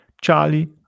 Charlie